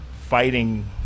fighting